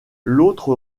l’autre